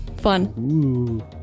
Fun